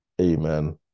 Amen